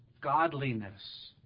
godliness